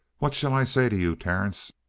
what shall i say to you, terence?